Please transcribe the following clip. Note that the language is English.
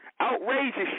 Outrageous